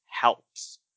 helps